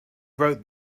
wrote